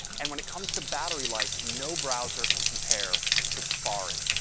and when it comes to battery life, no browser can compare to safari.